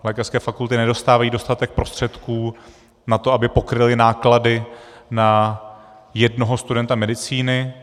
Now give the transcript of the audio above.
Lékařské fakulty nedostávají dostatek prostředků na to, aby pokryly náklady na jednoho studenta medicíny.